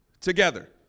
together